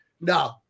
no